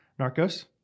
Narcos